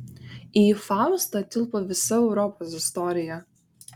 į faustą tilpo visa europos istorija